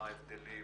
מה ההבדלים,